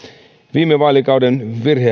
viime vaalikauden virhehän